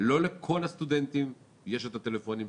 לא לכל הסטודנטים יש את הטלפונים שלנו,